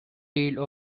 deal